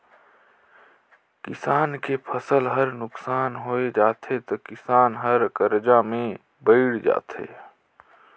किसान के फसल हर नुकसान होय जाथे त किसान हर करजा में बइड़ जाथे